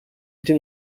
gdzie